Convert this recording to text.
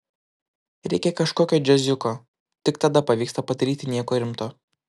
reikia kažkokio džiaziuko tik tada pavyksta padaryti nieko rimto